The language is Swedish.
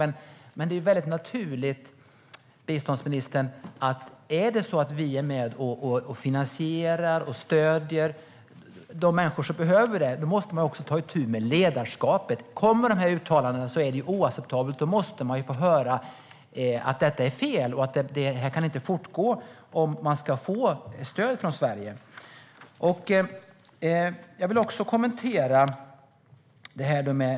Men det är väldigt naturligt, biståndsministern, att man tar itu med ledarskapet om vi är med och finansierar och stöder de människor som behöver det. Det måste man. Kommer dessa uttalanden är det oacceptabelt, och då måste de få höra att det är fel och att det inte kan fortgå om de ska få stöd från Sverige. Jag vill också kommentera detta med Mahmoud Abbas.